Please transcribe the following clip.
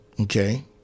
okay